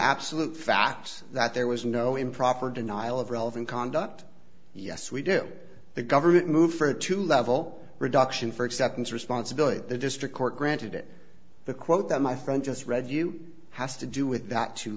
absolute fact that there was no improper denial of relevant conduct yes we do the government moved further to level reduction for acceptance responsibility at the district court granted it the quote that my friend just read you has to do with that t